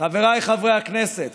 חבריי חברי הכנסת,